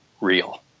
real